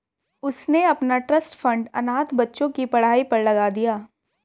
उसने अपना trust fund अनाथ बच्चों की पढ़ाई पर लगा दिया